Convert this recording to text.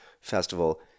Festival